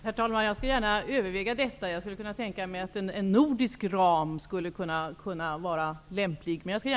Herr talman! Jag skall gärna överväga detta. Jag skulle kunna tänka mig att en nordisk ram skulle kunna vara lämplig.